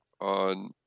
on